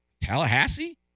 Tallahassee